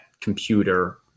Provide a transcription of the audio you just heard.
computer